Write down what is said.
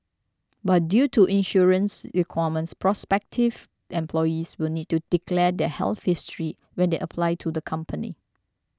but due to insurance requirements prospective employees will need to declare their health history when they apply to the company